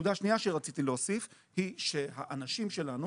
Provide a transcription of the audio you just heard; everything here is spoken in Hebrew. הנקודה השנייה שרציתי להוסיף היא שהאנשים שלנו